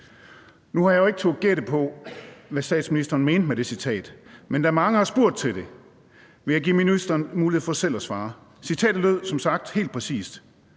Nu har jeg jo ikke turdet gætte på, hvad statsministeren mente med det citat, men da mange har spurgt om det, vil jeg give ministeren mulighed for selv at svare. Citatet lød helt præcist: